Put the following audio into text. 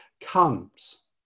comes